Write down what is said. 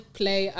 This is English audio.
play